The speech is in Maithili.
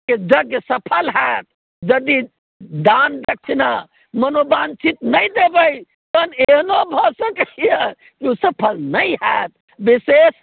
के यज्ञ सफल होयत यदि दान दक्षिणा मनोवांक्षित नहि देबै तहन एहनो भए सकैए ओ सफल नहि होयत विशेष